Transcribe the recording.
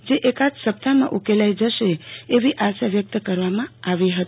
જે અકાદ સપ્તાહમાં ઉકેલાઈ જશે એવી આશા વ્યકત કરી હતી